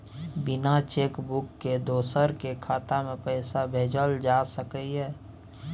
बिना cheque book के दोसर के खाता में पैसा भेजल जा सकै ये?